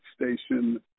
Station